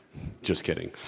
just kidding.